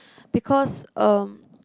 because um